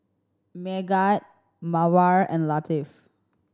Megat Mawar and Latif